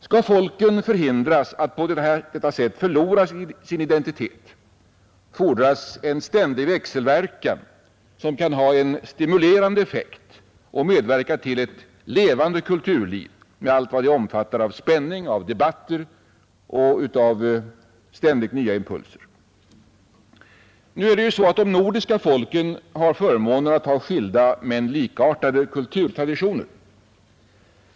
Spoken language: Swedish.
Skall folken förhindras att på detta sätt förlora sin identitet fordras en ständig växelverkan, som kan ha en stimulerande effekt och medverka till ett levande kulturliv med allt vad det omfattar av spänning, debatter och ständigt nya impulser. De nordiska folken äger förmånen att ha skilda men likartade kulturtraditioner.